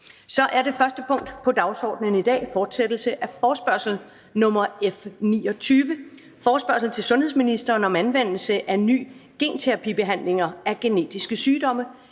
--- Det første punkt på dagsordenen er: 1) Fortsættelse af forespørgsel nr. F 29 [afstemning]: Forespørgsel til sundheds- og ældreministeren om anvendelse af nye genterapibehandlinger af genetiske sygdomme.